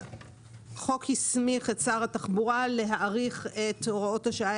החוק הסמיך את שר התחבורה להאריך את הוראות השעה